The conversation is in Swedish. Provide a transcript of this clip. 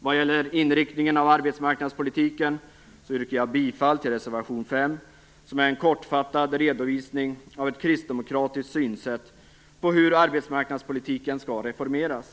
Vad gäller inriktningen av arbetsmarknadspolitiken yrkar jag bifall till reservation 5, som är en kortfattad redovisning av ett kristdemokratiskt synsätt på hur arbetsmarknadspolitiken skall reformeras.